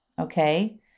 Okay